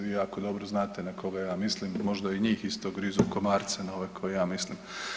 Vi jako dobro znate na koga ja mislim, možda i njih isto grizu komarci, na ove koje ja mislim.